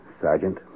Sergeant